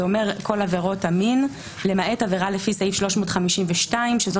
זה אומר כל עבירות המין למעט עבירה לפי סעיף 352 שזאת